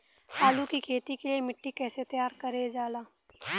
आलू की खेती के लिए मिट्टी कैसे तैयार करें जाला?